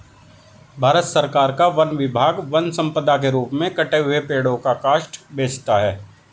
भारत सरकार का वन विभाग वन सम्पदा के रूप में कटे हुए पेड़ का काष्ठ बेचता है